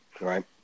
right